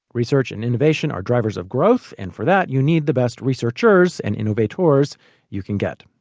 research and innovation are drivers of growth. and for that you need the best researchers and innovators you can get.